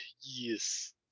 Yes